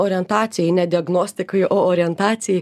orientacijai ne diagnostikai o orientacijai